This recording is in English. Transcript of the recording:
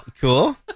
Cool